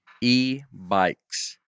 e-bikes